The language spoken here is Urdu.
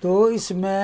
تو اس میں